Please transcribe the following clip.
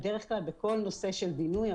בדרך כלל בכל נושא של בינוי,